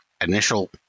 Initial